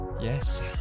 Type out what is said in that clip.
yes